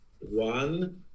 One